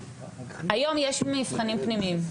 היום יש מבחנים פנימיים,